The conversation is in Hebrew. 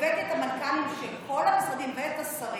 הבאתי את המנכ"לים של כל המשרדים ואת השרים